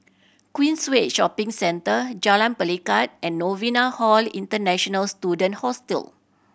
Queensway Shopping Centre Jalan Pelikat and Novena Hall International Student Hostel